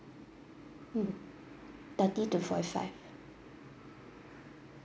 mm thirty to forty five